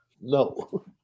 No